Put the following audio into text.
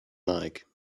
like